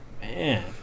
Man